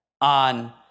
on